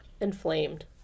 inflamed